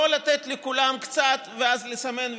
לא לתת לכולם קצת ואז לסמן וי,